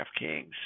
DraftKings